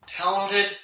Talented